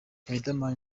riderman